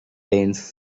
lanes